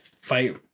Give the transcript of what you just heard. fight